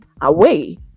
away